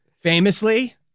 famously